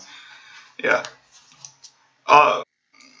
ya uh